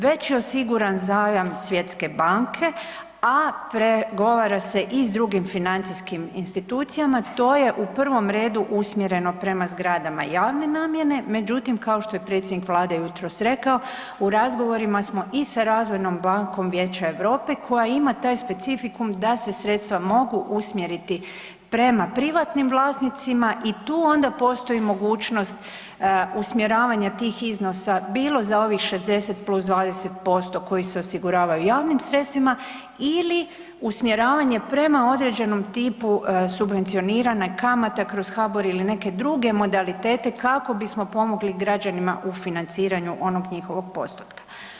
Već je osiguran zajam Svjetske banke, a pregovara se i s drugim financijskim institucijama, to je u prvom redu usmjereno prema zgradama javne namjene, međutim kao što je predsjednik vlade jutros rekao, u razgovorima smo i sa Razvojnom bankom Vijeća Europe koja ima taj specifikum da se ta sredstva mogu usmjeriti prema privatnim vlasnicima i tu onda postoji mogućnost usmjeravanja tih iznosa bilo za ovih 60+20% koji se osiguravaju javnim sredstvima ili usmjeravanje prema određenom tipu subvencionirane kamate kroz HBOR ili neke druge modalitete kako bismo pomogli građanima u financiranju onog njihovog postotka.